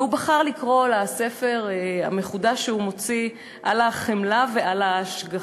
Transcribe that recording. והוא בחר לקרוא לספר המחודש שהוא הוציא "על החמלה ועל ההשגחה".